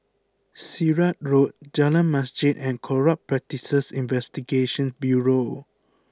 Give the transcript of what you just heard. Sirat Road Jalan Masjid and Corrupt Practices Investigation Bureau